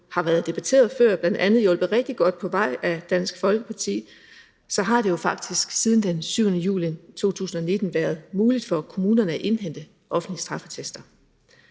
har været debatteret før, bl.a. hjulpet rigtig godt på vej af Dansk Folkeparti, har det jo faktisk siden den 7. juli 2019 været muligt for kommunerne at indhente offentlige straffeattester.